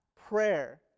prayer